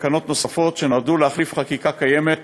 ותקנות נוספות שנועדו להחליף חקיקה קיימת